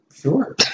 Sure